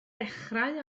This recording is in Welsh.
dechrau